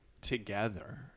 together